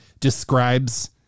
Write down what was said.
describes